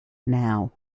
now